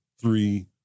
three